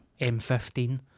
M15